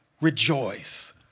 rejoice